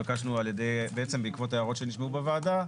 בעקבות ההערות שנשמעו בוועדה,